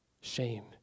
shame